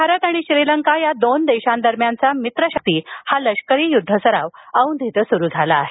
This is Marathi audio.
भारत आणि श्रीलंका या दोन देशांदरम्यानचा मित्र शक्ती हा लष्करी युद्ध सराव औंध इथं सुरू झाला आहे